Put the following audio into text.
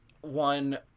one